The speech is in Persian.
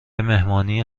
مهمانی